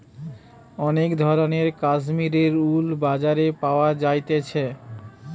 অনেক ধরণের কাশ্মীরের উল বাজারে পাওয়া যাইতেছে